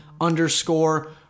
underscore